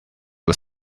was